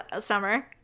summer